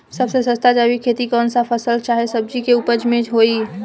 सबसे सस्ता जैविक खेती कौन सा फसल चाहे सब्जी के उपज मे होई?